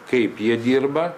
kaip jie dirba